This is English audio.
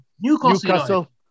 Newcastle